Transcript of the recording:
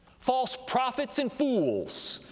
false prophets and fools,